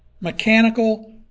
mechanical